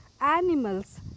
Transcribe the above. animals